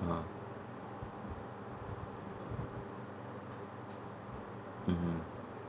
ah mmhmm